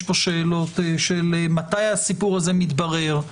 יש פה שאלות של מתי הסיפור הזה מתברר.